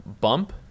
Bump